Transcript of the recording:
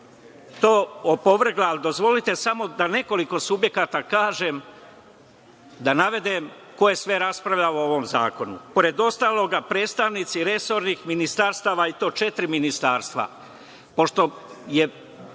to opovrgla, dozvolite samo da nekoliko subjekata kažem, da navedem ko je sve raspravljao o ovom zakonu. Pored ostalih, predstavnici resornih ministarstava, i to četiri ministarstva. Primedbu